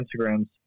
Instagram's